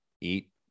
eat